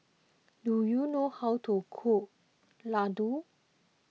do you know how to cook Laddu